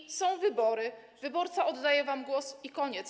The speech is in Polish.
I są wybory, wyborca oddaje wam głos i koniec.